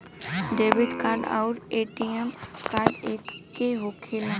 Debit card आउर ATM card एके होखेला?